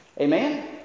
Amen